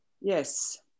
Yes